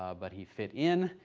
ah but he fit in,